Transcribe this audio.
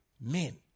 men